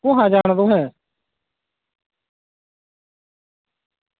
कुत्थें जाना तुसें